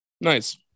Nice